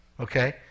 Okay